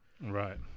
right